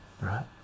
right